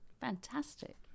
fantastic